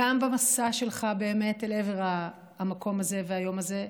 גם במסע שלך אל עבר המקום הזה והיום הזה,